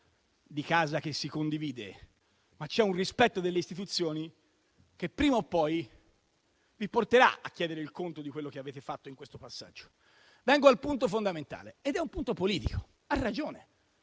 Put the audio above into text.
di casa che si condivide, ma c'è un rispetto delle istituzioni che, prima o poi, vi porterà a chiedere il conto di quello che avete fatto in questo passaggio. Vengo al punto fondamentale, ed è un punto politico. Ha ragione